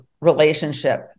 relationship